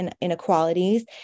inequalities